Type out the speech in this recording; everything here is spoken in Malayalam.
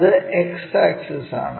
ഇത് X ആക്സിസ് ആണ്